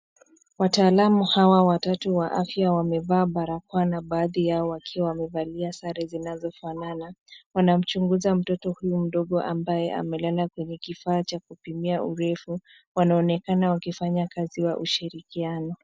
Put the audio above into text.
Wataalam hawa watatu wamevaa barakoa na baadhi yao wakiwa wamevalia sare zinazofanana. Wanamchunguza mtoto huyu mdogo ambaye amelala kwenye kifaa cha kupimia urefu. Wanaonekana wakifanya kazi ya ushirikiano.